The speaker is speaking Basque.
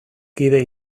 kide